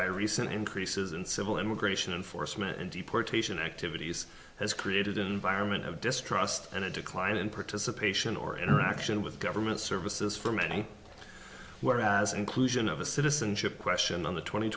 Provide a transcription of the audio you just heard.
by recent increases in civil immigration enforcement and deportation activities has created an environment of distrust and a decline in participation or interaction with government services for many whereas inclusion of a citizenship question on the twenty